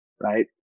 right